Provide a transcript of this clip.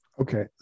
Okay